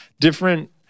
different